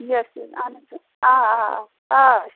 یَس یَس اَہَن حظ آ آ آ آ